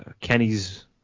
Kenny's